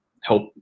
help